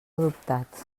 adoptats